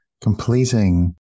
completing